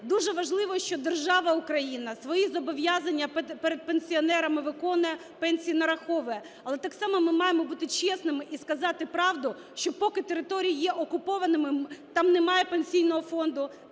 Дуже важливо, що держава Україна свої зобов'язання перед пенсіонерами виконує, пенсії нараховує, але так само ми маємо бути чесними і сказати правду, що поки території є окупованими, там немає Пенсійного фонду,